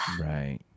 Right